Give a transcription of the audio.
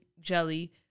jelly